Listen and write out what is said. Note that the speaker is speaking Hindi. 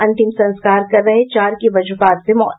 अंतिम संस्कार कर रहे चार की वज्रपात से मौत